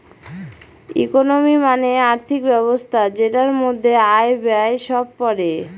economy মানে আর্থিক ব্যবস্থা যেটার মধ্যে আয়, ব্যয় সব পড়ে